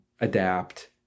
adapt